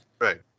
Right